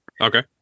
Okay